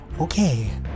Okay